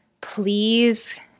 please